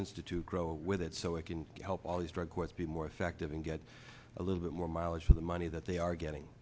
institute grow with it so it can help all these drug courts be more effective and get a little bit more mileage for the money that they are getting